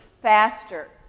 Faster